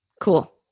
Cool